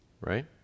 Right